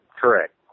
Correct